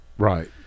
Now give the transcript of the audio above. Right